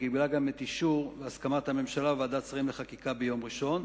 וקיבלה גם את אישור והסכמת הממשלה בוועדת שרים לחקיקה ביום ראשון,